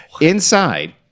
Inside